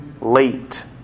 late